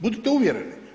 Budite uvjereni.